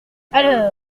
alors